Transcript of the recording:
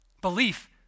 Belief